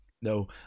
no